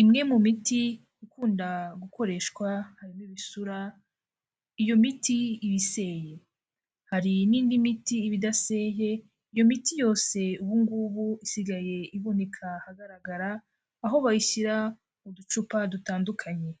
Imwe mu miti ikunda gukoreshwa harimo ibisura, iyo miti iba iseye. Hari n'indi miti iba idaseye, iyo miti yose ubu ngubu isigaye iboneka ahagaragara, aho bayishyira mu ducupa dutandukanye.